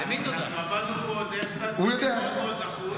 אנחנו עבדנו פה בסדר זמנים מאוד לחוץ.